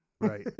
Right